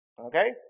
Okay